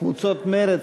קבוצות מרצ,